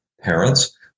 parents